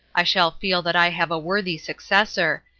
i shall feel that i have a worthy successor,